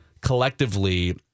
collectively